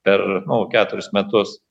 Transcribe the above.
per nu keturis metus